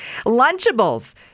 Lunchables